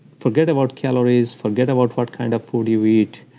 forget about calories, forget about what kind of food you eat,